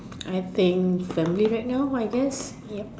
I think family right now I guess